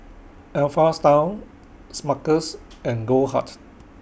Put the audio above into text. Alpha Style Smuckers and Goldheart